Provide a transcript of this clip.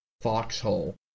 foxhole